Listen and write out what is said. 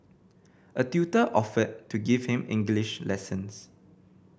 a tutor offered to give him English lessons